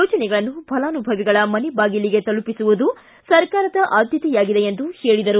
ಯೋಜನೆಗಳನ್ನು ಫಲಾನುಭವಿಗಳ ಮನೆಬಾಗಿಲಿಗೆ ತಲುಪಿಸುವುದು ಸರ್ಕಾರದ ಆದ್ಯತೆಯಾಗಿದೆ ಎಂದು ಹೇಳಿದರು